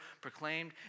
proclaimed